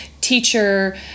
teacher